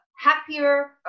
happier